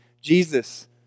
Jesus